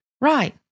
Right